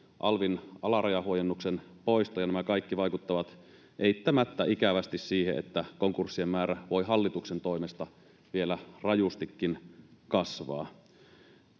alvin alarajahuojennuksen poiston. Nämä kaikki vaikuttavat eittämättä ikävästi siihen, että konkurssien määrä voi hallituksen toimesta vielä rajustikin kasvaa.